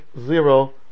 zero